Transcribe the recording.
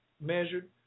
measured